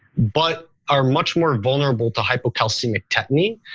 but are much more vulnerable to hypocalcemic tetany.